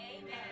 Amen